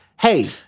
hey